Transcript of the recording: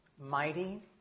Mighty